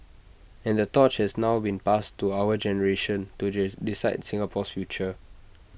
and the torch has now been passed to our generation to decide Singapore's future